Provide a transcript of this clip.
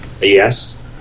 Yes